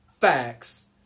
facts